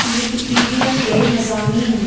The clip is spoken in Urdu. وکی پیڈیا کے مضامین